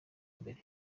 mbere